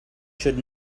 should